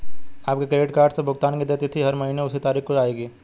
आपके credit card से भुगतान की देय तिथि हर महीने उसी तारीख को आएगी